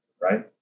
right